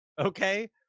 Okay